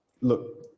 look